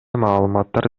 маалыматтар